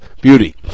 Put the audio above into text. beauty